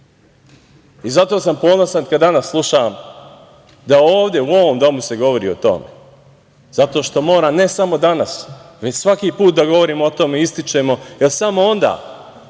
dece. Zato sam ponosan kada danas slušam da ovde u ovom domu se govori o tome, zato što mora ne samo danas, već svaki put da govorimo o tome i ističemo, jer samo onda